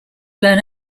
learn